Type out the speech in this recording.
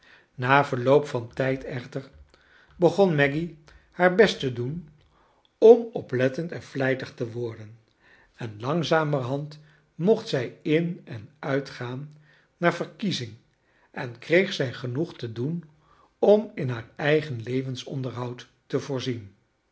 na verloop van tijd echter begon maggy haar best te doen om oplettend en vlijtig te worden en langzamerhand mocht zij in en uitgaan naar verkiezing en kreeg zij genoeg te doen om in haar eigen levensonderhoud te voorzien